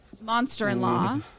Monster-in-law